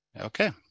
Okay